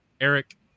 Eric